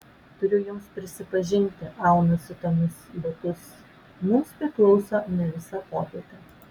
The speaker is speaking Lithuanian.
turiu jums prisipažinti aunasi tomis batus mums priklauso ne visa popietė